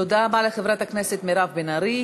תודה רבה לחברת הכנסת מירב בן ארי.